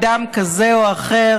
שהם אדם כזה או אחר,